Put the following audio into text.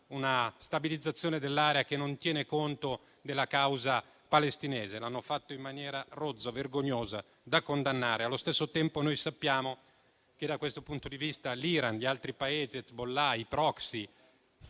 una stabilizzazione dell'area che non tiene conto della causa palestinese. Lo hanno fatto in maniera rozza e vergognosa, da condannare. Allo stesso tempo, noi sappiamo che, da questo punto di vista, l'Iran e gli altri Paesi, gli Hezbollah, i